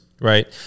right